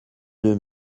deux